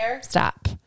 stop